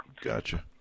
Gotcha